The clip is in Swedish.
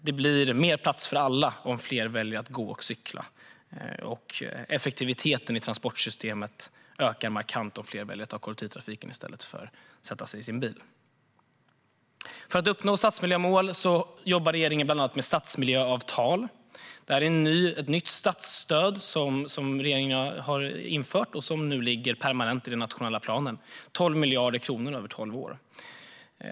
Det blir mer plats för alla om fler väljer att gå och cykla. Effektiviteten i transportsystemet ökar markant om fler väljer att ta kollektivtrafiken i stället för att sätta sig i sin bil. För att uppnå stadsmiljömålet jobbar regeringen bland annat med stadsmiljöavtal. Regeringen har infört ett nytt statsstöd som nu ligger permanent i den nationella planen med 12 miljarder kronor över tolv år.